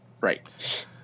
Right